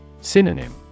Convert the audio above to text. Synonym